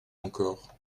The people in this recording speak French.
encore